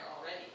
already